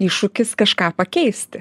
iššūkis kažką pakeisti